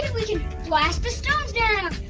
we can blast the stones down.